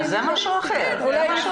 זה משהו אחר.